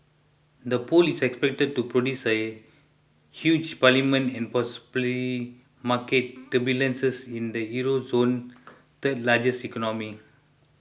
the poll is expected to produce a huge parliament and possibly market turbulences in the Euro zone's third largest economy